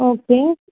okay